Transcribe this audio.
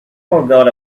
forgot